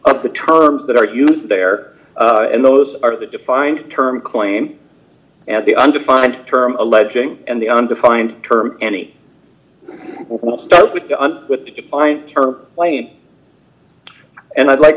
of the terms that are used there and those are the defined term claim and the undefined term alleging and the undefined term any will start with the un with the defined term claim and i'd like